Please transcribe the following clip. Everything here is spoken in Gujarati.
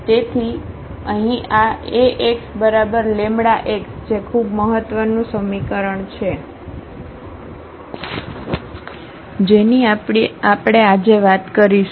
તેથી અહીં આ Ax λx જે ખૂબ મહત્વનું સમીકરણ છે જેની આપણે આજે વાત કરીશું